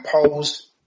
composed